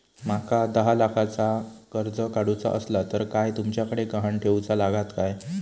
माका दहा लाखाचा कर्ज काढूचा असला तर काय तुमच्याकडे ग्हाण ठेवूचा लागात काय?